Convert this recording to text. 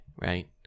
right